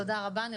תודה רבה,